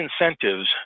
incentives